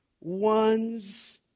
one's